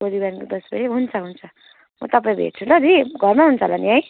भोलि बिहान दश बजे हुन्छ हुन्छ म तपाईँलाई भेट्छु ल दिदी घरमा हुनु हुन्छ होला नि है